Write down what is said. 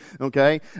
Okay